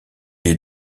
est